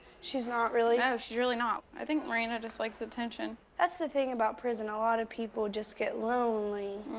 she's not really. no, she's really not. i think maranda just likes attention. that's the thing about prison. a lot of people just get lonely.